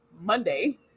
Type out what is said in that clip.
Monday